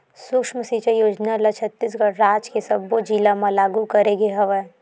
सुक्ष्म सिचई योजना ल छत्तीसगढ़ राज के सब्बो जिला म लागू करे गे हवय